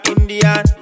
Indian